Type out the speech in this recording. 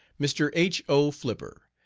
mr. h. o. flipper.